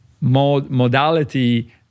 modality